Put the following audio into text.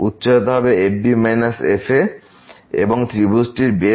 উচ্চতা হবে f b f এবং এই ত্রিভুজটির বেস হবে g b g